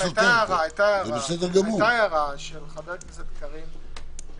היתה הערה של חברת הכנסת קארין,